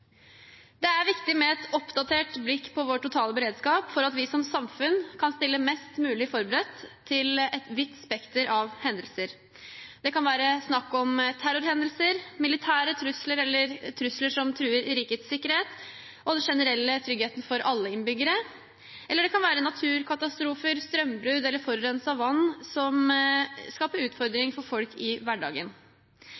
Det er viktig med et oppdatert blikk på vår totale beredskap for at vi som samfunn kan stille mest mulig forberedt til et vidt spekter av hendelser. Det kan være snakk om terrorhendelser, militære trusler eller trusler som truer rikets sikkerhet og den generelle tryggheten for alle innbyggere, eller det kan være naturkatastrofer, strømbrudd eller forurenset vann som skaper